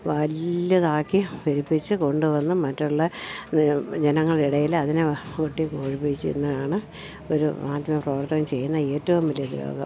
വലുതാക്കി പെരുപ്പിച്ചു കൊണ്ടുവന്നു മറ്റുള്ള ജനങ്ങളുടെ ഇടയിൽ അതിനെ ഒരു മാധ്യമ പ്രവർത്തകൻ ചെയ്യുന്ന ഏറ്റവും വലിയ രോഗം